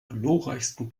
glorreichsten